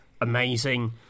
amazing